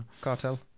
Cartel